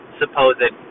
supposed